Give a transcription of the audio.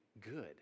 good